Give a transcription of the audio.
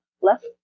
left